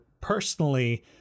personally